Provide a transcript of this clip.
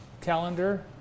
calendar